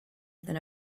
than